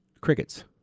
Crickets